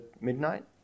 midnight